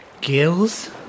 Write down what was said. gills